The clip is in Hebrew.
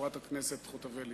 חברת הכנסת חוטובלי,